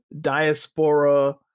diaspora